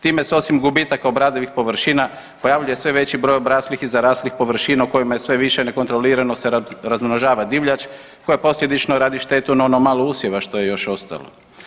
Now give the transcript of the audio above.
Time se osim gubitaka obradivih površina pojavljuje sve veći broj obraslih i zaraslih površina u kojima je sve više nekontrolirano se razmnožava divljač koja posljedično radi štetu na ono malo usjeva što je još ostalo.